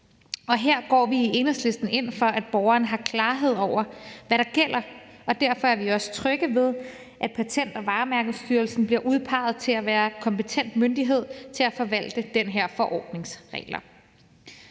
her går vi i Enhedslisten ind for, at borgeren har klarhed over, hvad der gælder, og derfor er vi også trygge ved, at Patent- og Varemærkestyrelsen bliver udpeget til at være kompetent myndighed til at forvalte den her forordnings regler,